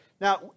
Now